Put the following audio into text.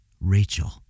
Rachel